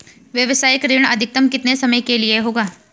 व्यावसायिक ऋण अधिकतम कितने समय के लिए होगा?